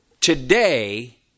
Today